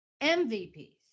MVPs